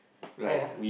why ah